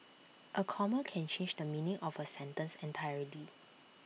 A comma can change the meaning of A sentence entirely